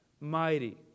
mighty